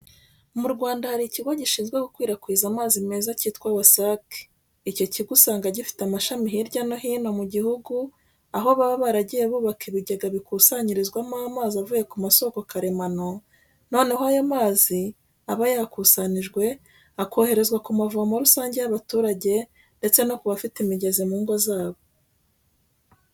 Mu Rwanda, hari ikigo gishinzwe gukwirakwiza amazi meza kitwa "WASAC". Icyo kigo usanga gifite amashami hirya no hino mugihugu, aho baba baragiye bubaka ibigega bikusanyirizwamo amazi avuye kumasoko karemano, noneho ayo mazi aba yakusanyijwe akoherezwa kumavomo rusange y'abaturage ndetse nokubafite imigezi mungo zabo.